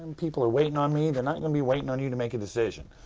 people are waiting on me. they're not going to be waiting on you to make a decision.